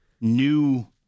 new